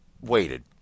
waited